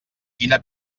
quina